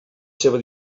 seva